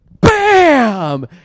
BAM